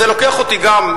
זה לוקח אותי גם,